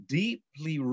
deeply